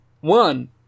one